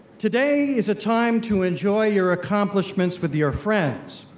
today is a time to enjoy your accomplishments with your friends,